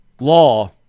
law